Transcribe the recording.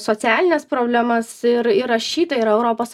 socialines problemas ir įrašyta yra europos